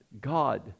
God